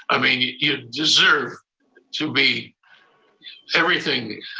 i mean, you deserve to be everything.